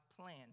plan